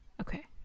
Okay